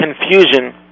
confusion